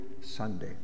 Sunday